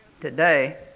today